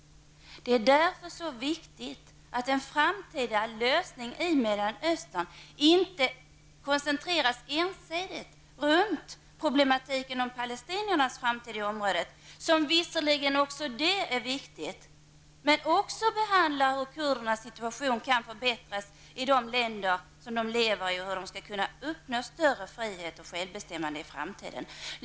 Det är därför mycket viktigt att en framtida lösning i Mellanöstern inte ensidigt koncentreras kring problematiken om palestiniernas framtid i området. Visserligen är också den saken viktig. Men det handlar även om hur kurdernas situation kan förbättras i de länder där de lever. Vidare handlar det om hur kurderna skall kunna uppnå större frihet och självbestämmande i framtiden.